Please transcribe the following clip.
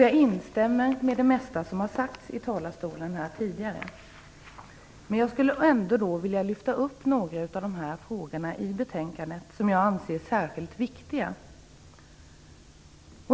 Jag instämmer i det mesta som har sagts här tidigare, men jag skulle vilja lyfta fram några av frågorna i betänkandet, som jag anser vara särskilt viktiga.